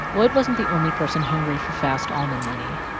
lloyd wasn't the only person hungry for fast almond money.